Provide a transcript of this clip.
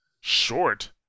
Short